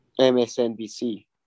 MSNBC